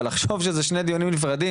אבל לחשוב שזה שני דיונים נפרדים,